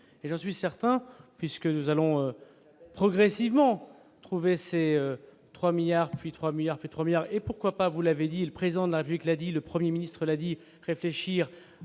et j'en suis certain puisque nous allons progressivement trouver ces 3 milliards, puis 3 milliards pétrolière et, pourquoi pas, vous l'avez dit, le président de la vie que l'a dit le 1er ministre l'a dit réfléchir